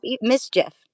mischief